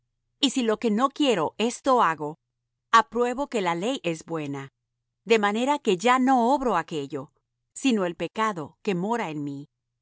y si lo que no quiero esto hago apruebo que la ley es buena de manera que ya no obro aquello sino el pecado que mora en mí